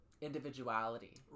individuality